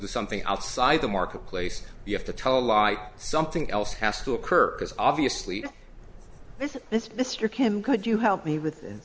the something outside the marketplace you have to tell a lie something else has to occur because obviously this is this mr kim could you help me with th